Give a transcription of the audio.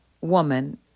woman